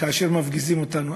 כאשר מפגיזים אותנו?